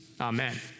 amen